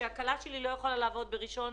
הכלה שלי לא יכולה לעבוד בראשון,